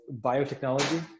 biotechnology